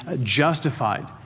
justified